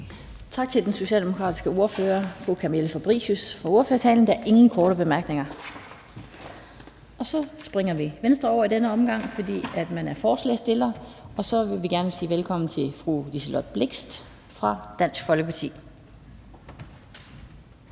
Tak til den socialdemokratiske ordfører, Fru Camilla Fabricius, for ordførertalen. Der er ingen korte bemærkninger. Vi springer Venstre over i denne omgang, fordi forslagsstillerne kommer fra Venstre, og så vil vi gerne sige velkommen til fru Liselott Blixt fra Dansk Folkeparti.